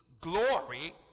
glory